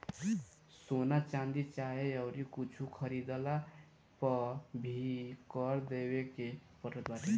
सोना, चांदी चाहे अउरी कुछु खरीदला पअ भी कर देवे के पड़त बाटे